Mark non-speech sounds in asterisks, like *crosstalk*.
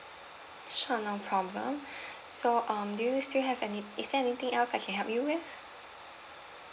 sure no problem *breath* so um do you still have any is there anything else I can help you with